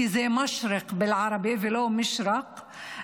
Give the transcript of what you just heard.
כי זה משרק באל-ערבי ולא מישרק,